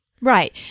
right